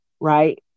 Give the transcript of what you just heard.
Right